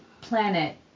planet